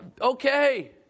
Okay